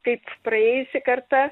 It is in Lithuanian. kaip praėjusi karta